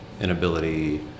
inability